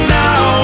now